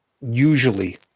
usually